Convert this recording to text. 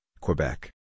Quebec